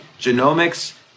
genomics